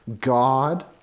God